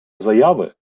заяви